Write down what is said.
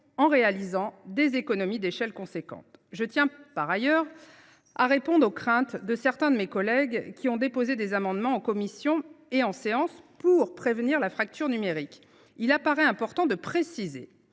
en permettant des économies d’échelle substantielles. Par ailleurs, je tiens à répondre aux craintes de certains de mes collègues, qui ont déposé des amendements en commission et en séance pour prévenir la fracture numérique. Il est important de préciser